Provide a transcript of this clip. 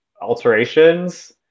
alterations